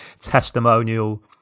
testimonial